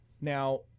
Now